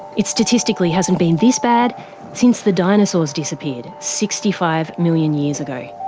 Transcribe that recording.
it statistically hasn't been this bad since the dinosaurs disappeared sixty five million years ago.